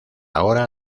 ahora